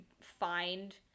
find